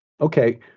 Okay